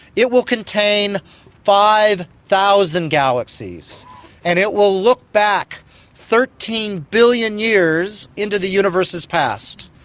it will contain five thousand galaxies and it will look back thirteen billion years into the universe's past.